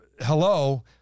hello